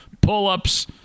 pull-ups